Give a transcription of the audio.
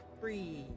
free